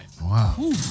Wow